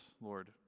Lord